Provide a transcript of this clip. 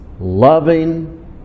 loving